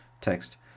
text